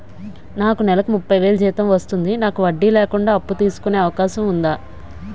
నాకు నేలకు ముప్పై వేలు జీతం వస్తుంది నాకు వడ్డీ లేకుండా అప్పు తీసుకునే అవకాశం ఉందా